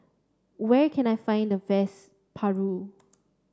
where can I find the best Paru